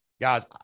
Guys